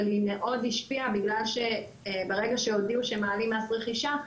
אבל היא מאוד השפיעה בגלל שברגע שהודיעו שמעלים מס רכישה,